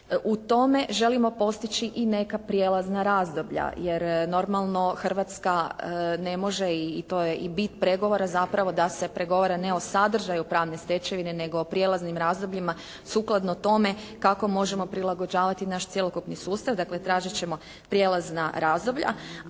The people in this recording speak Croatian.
U tome želimo postići i neka prijelazna razdoblja, jer normalno Hrvatska ne može i to je i bit pregovora zapravo da se pregovara ne o sadržaju pravne stečevine nego o prijelaznim razdobljima sukladno tome kako možemo prilagođavati naš cjelokupni sustav, dakle tražiti ćemo prijelazna razdoblja.